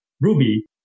Ruby